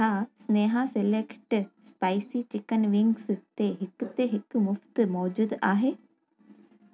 छा Sneha select spicy chicken wings ते हिक ते हिकु मुफ़्ति मौजूदु आहे